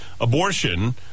Abortion